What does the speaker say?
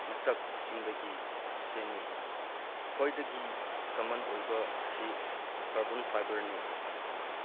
ꯃꯆꯥꯛꯁꯤꯡꯗꯒꯤ ꯁꯦꯝꯃꯤ ꯈ꯭ꯋꯥꯏꯗꯒꯤ ꯀꯃꯟ ꯑꯣꯏꯕ ꯑꯁꯤ ꯀꯥꯔꯕꯟ ꯐꯥꯏꯕꯔꯅꯤ